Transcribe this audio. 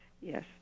Yes